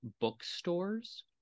bookstores